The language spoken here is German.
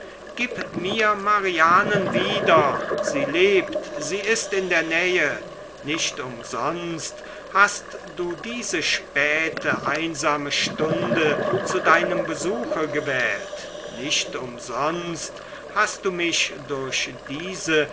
gib mir marianen wieder sie lebt sie ist in der nähe nicht umsonst hast du diese späte einsame stunde zu deinem besuche gewählt nicht umsonst hast du mich durch diese